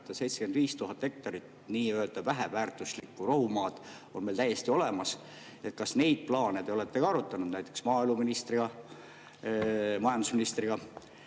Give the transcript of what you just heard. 75 000 hektarit nii-öelda väheväärtuslikku rohumaad on meil täiesti olemas. Kas neid plaane te olete ka arutanud, näiteks maaeluministriga või majandusministriga?